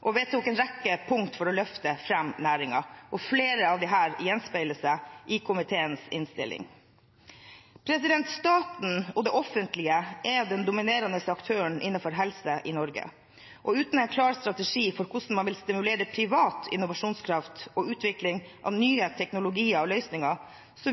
og vedtok en rekke punkt for å løfte fram næringen, og flere av disse gjenspeiler seg i komiteens innstilling. Staten og det offentlige er den dominerende aktøren innenfor helse i Norge, og uten en klar strategi for hvordan man vil stimulere privat innovasjonskraft og utvikling av nye teknologier og løsninger,